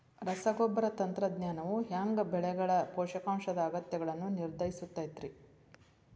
ರಸಗೊಬ್ಬರ ತಂತ್ರಜ್ಞಾನವು ಹ್ಯಾಂಗ ಬೆಳೆಗಳ ಪೋಷಕಾಂಶದ ಅಗತ್ಯಗಳನ್ನ ನಿರ್ಧರಿಸುತೈತ್ರಿ?